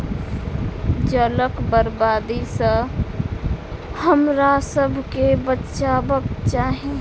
जलक बर्बादी सॅ हमरासभ के बचबाक चाही